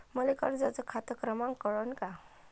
मले कर्जाचा खात क्रमांक कळन का?